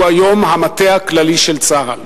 הוא היום המטה הכללי של צה"ל,